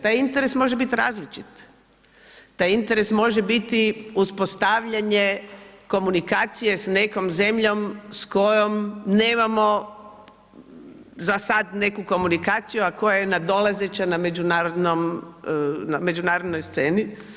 Taj interes može biti različit, taj interes može biti uspostavljanje komunikacije sa nekom zemljom s kojom nemamo za sada neku komunikacija a koja je nadolazeće na međunarodnoj sceni.